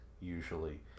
usually